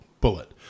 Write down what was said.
Bullet